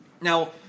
Now